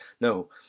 no